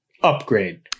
upgrade